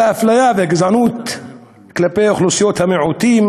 האפליה והגזענות כלפי אוכלוסיות המיעוטים,